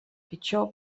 pitjor